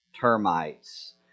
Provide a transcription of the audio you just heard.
termites